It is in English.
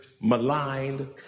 maligned